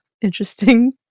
interesting